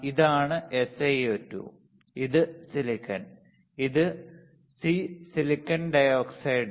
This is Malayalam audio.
ഇതാണ് SiO2 ഇത് സിലിക്കൺ ഇത് സി സിലിക്കൺ ഡൈ ഓക്സൈഡ്